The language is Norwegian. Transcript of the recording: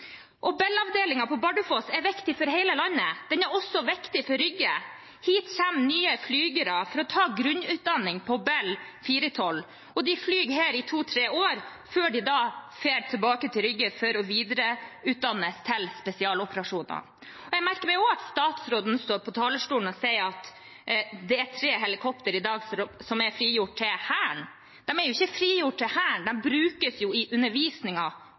på Bardufoss er viktig for hele landet. Den er også viktig for Rygge. Hit kommer nye flygere for å ta grunnutdanning på Bell 412, og de flyr her i to–tre år før de drar tilbake til Rygge for å videreutdannes til spesialoperasjoner. Jeg merker meg også at statsråden står på talerstolen og sier at det er tre helikoptre i dag som er frigjort til Hæren. De er ikke frigjort til Hæren, de brukes jo i